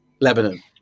Lebanon